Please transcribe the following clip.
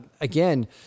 again